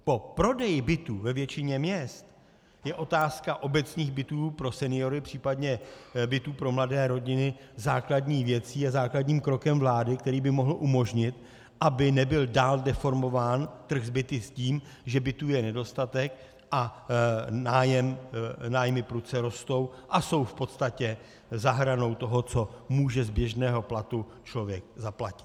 Po prodeji bytů ve většině měst je otázka obecních bytů pro seniory, případně bytů pro mladé rodiny, základní věcí a základním krokem vlády, který by mohl umožnit, aby nebyl dán deformován trh s byty tím, že bytů je nedostatek a nájmy prudce rostou a jsou v podstatě za hranou toho, co může z běžného platu člověk zaplatit.